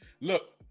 Look